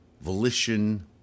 volition